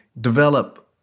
develop